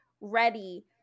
ready